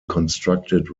constructed